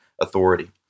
authority